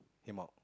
him out